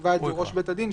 יקבע את זה ראש בית הדין,